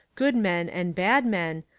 good men and bad men,